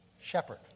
shepherd